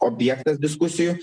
objektas diskusijų